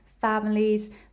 families